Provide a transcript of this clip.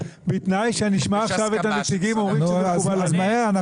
בתנאי שנשמע עכשיו את הנציגים אומרים שזה מקובל עליהם.